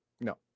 No